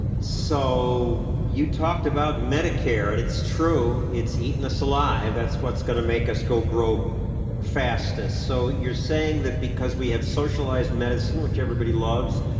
so you talked about medicare, and it's true, it's eaten us alive. that's what's going to make us go broke fastest. so you're saying that because we have socialized medicine, which everybody loves,